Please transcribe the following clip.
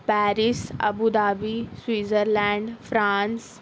Paris Abu Dhabi Switzerland France